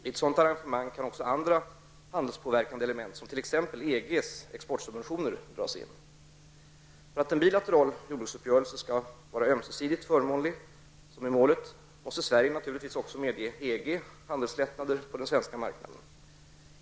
I ett sådant arrangemang kan också andra handelspåverkande element som t.ex. EGs exportsubventioner dras in. För att en bilateral jordbruksuppgörelse skall vara ömsesidigt förmånlig, vilket är målet, måste Sverige naturligtvis också medge EG handelslättnader på den svenska marknaden.